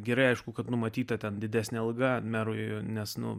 gerai aišku kad numatyta ten didesnė alga merui nes nu